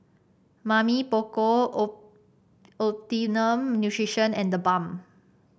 Mamy Poko O Optimum Nutrition and TheBalm